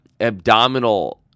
abdominal